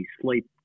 sleep